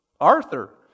Arthur